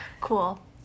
Cool